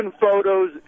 photos